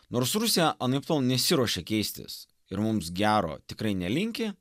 nors rusija anaiptol nesiruošia keistis ir mums gero tikrai nelinki